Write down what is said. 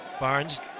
Barnes